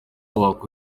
wakora